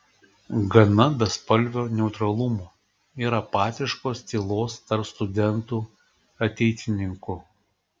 gana bespalvio neutralumo ir apatiškos tylos tarp studentų ateitininkų